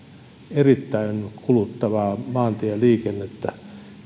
erittäin kuluttavaa maantieliikennettä meillä